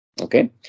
Okay